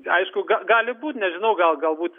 aišku gal gali būti nežinau gal galbūt